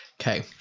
okay